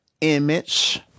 image